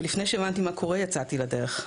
לפני שהבנתי מה קורה, יצאתי לדרך.